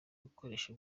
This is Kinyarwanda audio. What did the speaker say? gukoresha